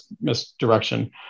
misdirection